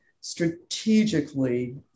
strategically